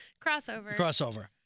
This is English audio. Crossover